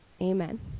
Amen